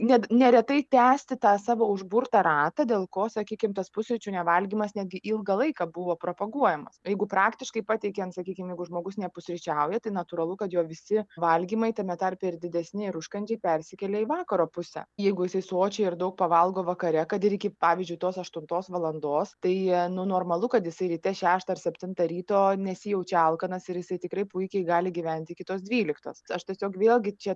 net neretai tęsti tą savo užburtą ratą dėl ko sakykim tas pusryčių nevalgymas netgi ilgą laiką buvo propaguojamas jeigu praktiškai pateikiant sakykim jeigu žmogus nepusryčiauja tai natūralu kad jo visi valgymai tame tarpe ir didesni ir užkandžiai persikelia į vakaro pusę jeigu jisai sočiai ir daug pavalgo vakare kad ir iki pavyzdžiui tos aštuntos valandos tai nu normalu kad jisai ryte šeštą ar septintą ryto nesijaučia alkanas ir jisai tikrai puikiai gali gyventi iki tos dvyliktos aš tiesiog vėlgi čia